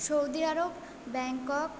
Saudi Arab Bangkok